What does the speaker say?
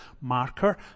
marker